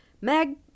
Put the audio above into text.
Meg